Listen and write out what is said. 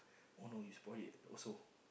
oh no you spoil it also